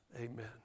Amen